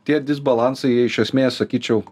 tie disbalansai jie iš esmės sakyčiau